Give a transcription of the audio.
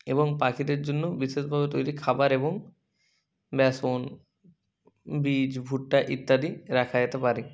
এবং পাখিদের জন্য বিশেষভাবে তৈরি খাবার এবং বেসন বীজ ভুট্টা ইত্যাদি রাখা যেতে পারে